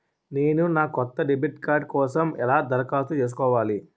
నేను నా కొత్త డెబిట్ కార్డ్ కోసం ఎలా దరఖాస్తు చేసుకోవాలి?